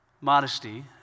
Modesty